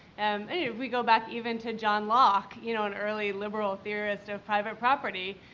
and if we go back even to john locke, you know, an early liberal theorist of private property,